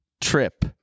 trip